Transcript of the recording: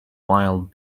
wild